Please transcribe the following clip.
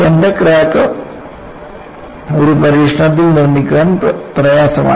centre crack ഒരു പരീക്ഷണത്തിൽ നിർമ്മിക്കാൻ പ്രയാസമാണ്